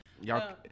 Y'all